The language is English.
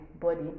body